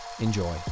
Enjoy